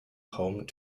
home